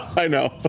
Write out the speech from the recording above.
i know.